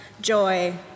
joy